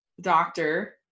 doctor